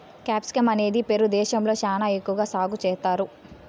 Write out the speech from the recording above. capsicum అనేది Peru దేశంలో శ్యానా ఎక్కువ సాగు చేత్తారు